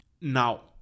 now